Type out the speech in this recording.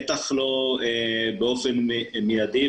בטח לא באופן מידי,